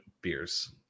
beers